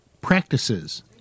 practices